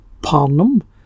parnum